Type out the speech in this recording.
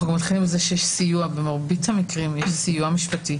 מתחילים מזה שבמרבית המקרים יש סיוע משפטי.